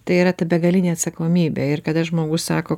tai yra ta begalinė atsakomybė ir kada žmogus sako